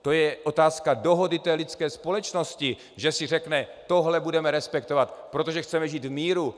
To je otázka dohody lidské společnosti, že si řekne: Tohle budeme respektovat, protože chceme žít v míru.